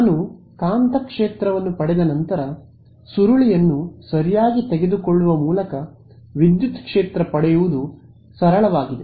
ನಾನು ಕಾಂತಕ್ಷೇತ್ರವನ್ನು ಪಡೆದ ನಂತರ ಸುರುಳಿಯನ್ನು ಸರಿಯಾಗಿ ತೆಗೆದುಕೊಳ್ಳುವ ಮೂಲಕ ವಿದ್ಯುತ್ ಕ್ಷೇತ್ರ ಪಡೆಯುವುದು ಸರಳವಾಗಿದೆ